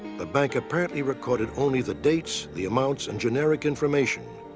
the bank apparently recorded only the dates, the amounts, and generic information,